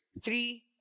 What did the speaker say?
Three